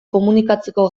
komunikatzeko